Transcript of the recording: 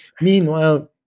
Meanwhile